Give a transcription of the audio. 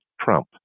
Trump